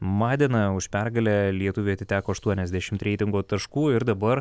madeną už pergalę lietuviui atiteko aštuoniasdešimt reitingo taškų ir dabar